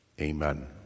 Amen